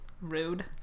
rude